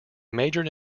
majored